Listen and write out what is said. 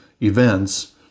events